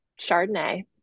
Chardonnay